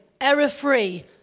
error-free